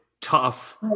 tough